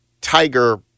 Tiger